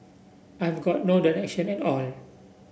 I've got no direction at all